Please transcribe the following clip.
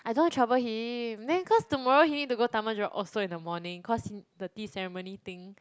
I don't want trouble him then cause tomorrow he need to go Taman-Jurong also in the morning cause the tea ceremony thing